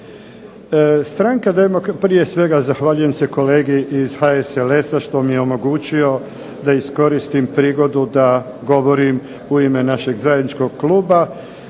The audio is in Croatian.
svega zahvaljujem se kolegi iz HSLS-a što mi je omogućio da iskoristim prigodu da govorim u ime našeg zajedničkog kluba,